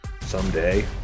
someday